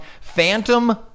Phantom